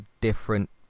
different